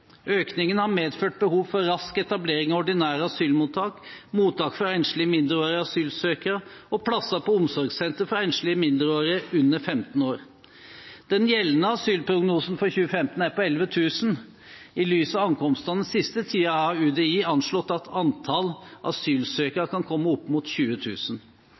Økningen har medført behov for rask etablering av ordinære asylmottak, mottak for enslige mindreårige asylsøkere og plasser på omsorgssentre for enslige mindreårige under 15 år. Den gjeldende asylprognosen for 2015 er på 11 000. I lys av ankomstene den siste tiden har Utlendingsdirektoratet anslått at antallet asylsøkere kan komme opp mot